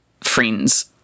friends